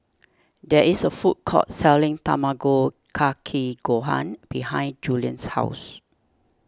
there is a food court selling Tamago Kake Gohan behind Julian's house